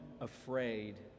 afraid